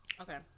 Okay